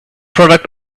product